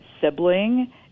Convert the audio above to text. sibling